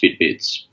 fitbits